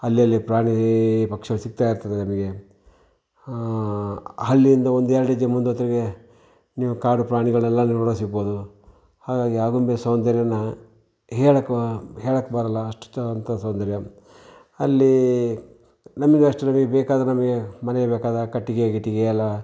ಅಲ್ಲಲ್ಲಿ ಪ್ರಾಣಿ ಪಕ್ಷಿಗಳು ಸಿಗ್ತಾಯಿರ್ತದೆ ನಮಗೆ ಹಳ್ಳಿಯಿಂದ ಒಂದೆರ್ಡು ಹೆಜ್ಜೆ ಮುಂದೋದರೆ ನೀವು ಕಾಡು ಪ್ರಾಣಿಗಳನ್ನೆಲ್ಲ ನೋಡೋಕೆ ಸಿಗಬಹುದು ಹಾಗಾಗಿ ಆಗುಂಬೆಯ ಸೌಂದರ್ಯನ ಹೇಳೋಕೆ ಹೇಳೋಕೆ ಬರಲ್ಲ ಅಷ್ಟು ಅಂತ ಸೌಂದರ್ಯಾ ಅಲ್ಲಿ ನಮಗೆ ಅಷ್ಟೇ ಬೇಕಾದರೆ ನಮಗೆ ಮನೆಗೆ ಬೇಕಾದ ಕಟ್ಟಿಗೆ ಗಿಟ್ಟಿಗೆ ಎಲ್ಲ